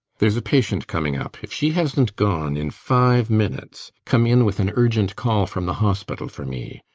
theres a patient coming up. if she hasnt gone in five minutes, come in with an urgent call from the hospital for me.